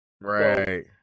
Right